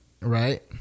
right